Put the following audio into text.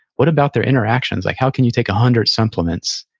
what about their interactions? like, how can you take a hundred supplements,